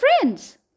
friends